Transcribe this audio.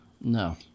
no